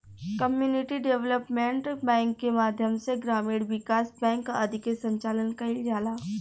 community development bank के माध्यम से ग्रामीण विकास बैंक आदि के संचालन कईल जाला